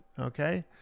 okay